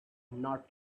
not